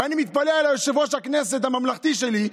ואני מתפלא על יושב-ראש הכנסת הממלכתי שלי.